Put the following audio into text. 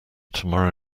tomorrow